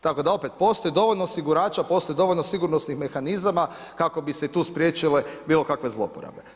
Tako da opet postoji dovoljno osigurača, postoji dovoljno sigurnosnih mehanizama kako bi se tu spriječile bilo kakve zlouporabe.